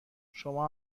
شما